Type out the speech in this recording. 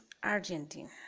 Argentina